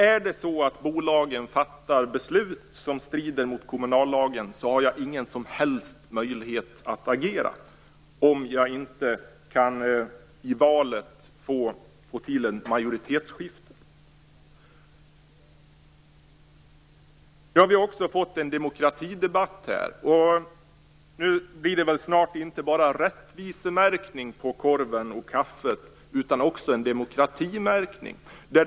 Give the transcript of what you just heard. Fattar bolagen beslut som strider mot kommunallagen har jag ingen som helst möjlighet att agera, om jag inte i valet kan få till ett majoritetsskifte. Nu har vi även fått en demokratidebatt. Snart blir det väl inte bara en rättvisemärkning av korven och kaffet, utan också en demokratimärkning.